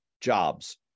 Jobs